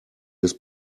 des